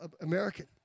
American